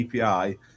API